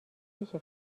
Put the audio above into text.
بشه